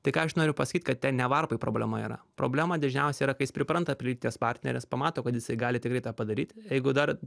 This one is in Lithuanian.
tai ką aš noriu pasakyt kad ten ne varpoj problema yra problema dažniausiai yra kai jis pripranta prie lytinės partnerės pamato kad jisai gali tikrai tą padaryti jeigu dar